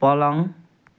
पलङ